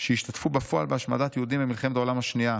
שהשתתפו בפועל בהשמדת יהודים במלחמת העולם השנייה,